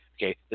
Okay